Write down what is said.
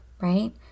right